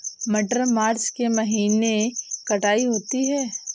मटर मार्च के महीने कटाई होती है?